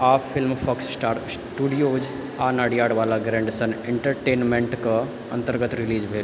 आ film Fox Star Studios आ Nadiadwala Grandson एण्टरटेनमेण्टक अन्तर्गत रिलीज भेल